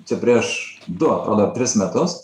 čia prieš du tris metus